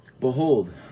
Behold